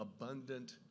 Abundant